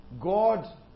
God